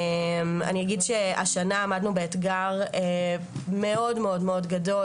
אני אגיד שהשנה עמדנו באתגר מאוד מאוד מאוד גדול,